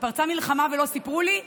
פרצה מלחמה ולא סיפרו לי?